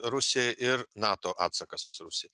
rusijai ir nato atsakas rusijai